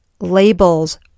labels